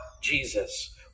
Jesus